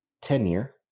tenure